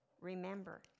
Remember